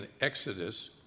exodus